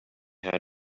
had